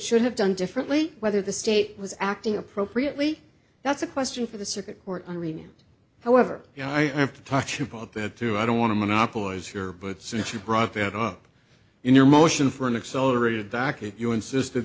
should have done differently whether the state was acting appropriately that's a question for the circuit court i read him however i have to touch about that too i don't want to monopolize here but since you brought that up in your motion for an accelerated bakit you insisted